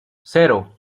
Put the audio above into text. cero